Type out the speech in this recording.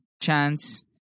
chance